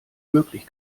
möglich